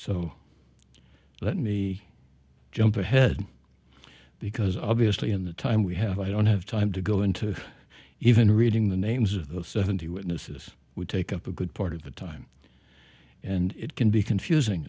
so let me jump ahead because obviously in the time we have i don't have time to go into even reading the names of the seventy witnesses would take up a good part of the time and it can be confusing